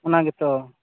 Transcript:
ᱚᱱᱟᱜᱮᱛᱚ